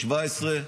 2017,